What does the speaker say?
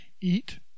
eat